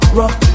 rock